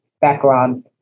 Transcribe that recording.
background